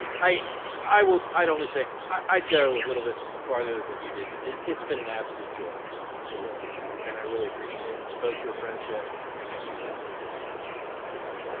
i i will i'd only say i'd go a little bit farther than you did it's been an absolute joy to work with you and i really appreciate both your friendship and what you've done for the district thank you.